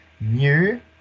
New